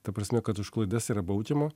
ta prasme kad už klaidas yra baudžiama